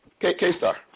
K-Star